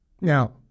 Now